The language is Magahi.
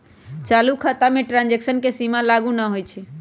चालू खता में ट्रांजैक्शन के सीमा लागू न होइ छै